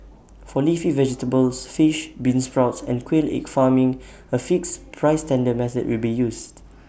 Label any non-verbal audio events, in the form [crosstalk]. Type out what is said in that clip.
for leafy vegetables fish beansprouts and quail [noise] egg farming A fixed price tender method will be used